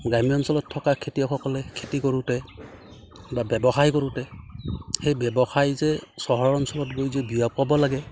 গ্ৰাম্য অঞ্চলত থকা খেতিয়কসকলে খেতি কৰোঁতে বা ব্যৱসায় কৰোঁতে সেই ব্যৱসায় যে চহৰ অঞ্চলত গৈ যে বিয়পাব লাগে